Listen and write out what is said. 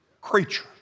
creature